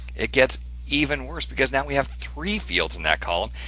it gets even worse because now we have three fields in that column.